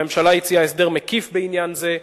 הממשלה הציעה הסדר מקיף בעניין זה,